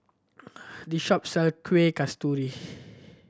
this shop sell Kueh Kasturi